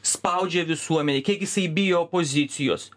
spaudžia visuomenę kiek jisai bijo opozicijos